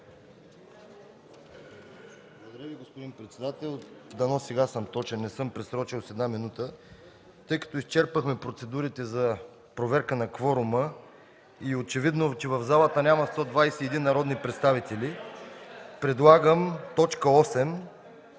Благодаря Ви, господин председател. Дано сега съм точен – не съм просрочил и с една минута. Тъй като изчерпахме процедурите за проверка на кворума и е очевидно, че в залата няма 121 народни представители (шум, реплики и